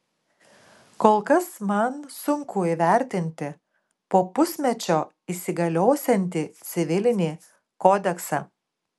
kol kas man sunku įvertinti po pusmečio įsigaliosiantį civilinį kodeksą